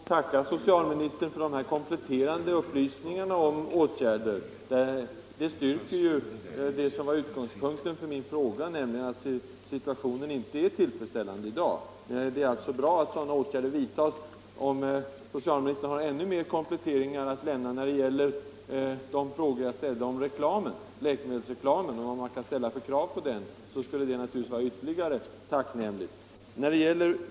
Herr talman! Jag ber att få tacka socialministern för de kompletterande upplysningarna om åtgärder. De styrker ju det som var utgångspunkten för min fråga, nämligen att situationen inte är tillfredsställande i dag. Det är alltså bra att sådana åtgärder vidtas. Om socialministern har ännu mer kompletteringar att lämna när det gäller de frågor som jag ställde om läkemedelsreklamen och vad man kan ställa för krav på den, skulle det naturligtvis vara värdefullt.